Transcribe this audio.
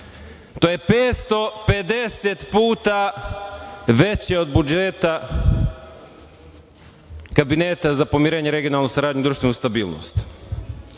To je 550 puta veće od budžeta Kabineta za pomirenje, regionalnu saradnju i društvenu stabilnost.